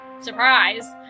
Surprise